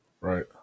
Right